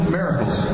miracles